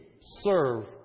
serve